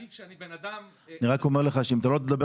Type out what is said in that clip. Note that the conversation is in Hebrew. אני רק אומר לך שאם אתה לא תדבר